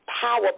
power